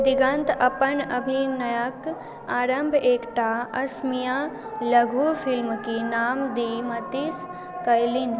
दिगन्त अपन अभिनयके आरम्भ एकटा असमिआ लघु फिल्म की नाम दी मतिस कएलनि